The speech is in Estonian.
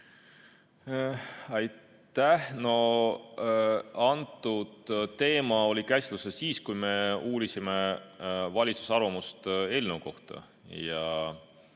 Aitäh! See teema oli käsitlusel siis, kui me uurisime valitsuse arvamust eelnõu kohta.